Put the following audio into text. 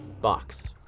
Box